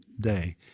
day